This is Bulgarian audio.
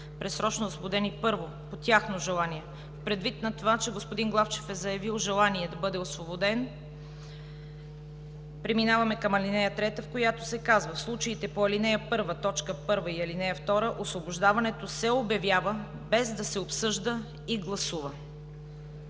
предсрочно освободени: първо, по тяхно желание. Предвид на това, че господин Главчев е заявил желание да бъде освободен, преминаваме към ал. 3, в която се казва: в случаите по ал. 1, т. 1 и ал. 2 освобождаването се обявява без да се обсъжда и гласува.